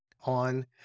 on